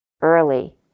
early